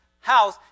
house